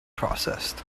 processed